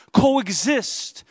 coexist